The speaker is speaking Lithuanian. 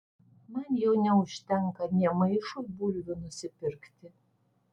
man jau neužtenka nė maišui bulvių nusipirkti